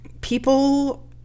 people